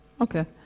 Okay